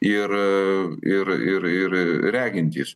ir ir ir ir regintys